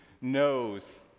knows